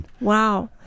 Wow